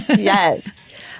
Yes